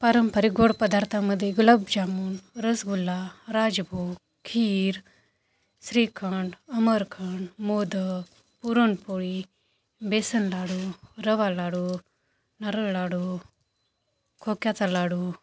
पारंपरिक गोड पदार्थामध्ये गुलाबजामुन रसगुल्ला राजभोग खीर श्रीखंड आम्रखंड मोदक पुरणपोळी बेसन लाडू रवा लाडू नारळ लाडू खोक्याचा लाडू